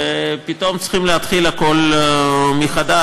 ופתאום צריכים להתחיל הכול מחדש.